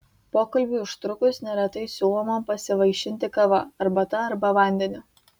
pokalbiui užtrukus neretai siūloma pasivaišinti kava arbata arba vandeniu